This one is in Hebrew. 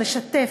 לשתף,